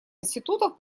институтов